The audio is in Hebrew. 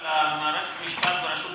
שדיברת על מערכת המשפט ברשות הפלסטינית,